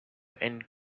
and